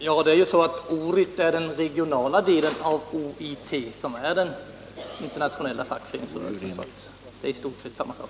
Herr talman! ORIT är ju den regionala avdelningen av ICFTU, som är den fria fackföreningsinternationalen. Det är i stort sett samma sak.